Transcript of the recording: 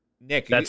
Nick